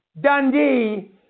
Dundee